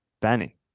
Benny